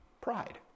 pride